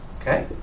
Okay